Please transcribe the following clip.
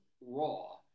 raw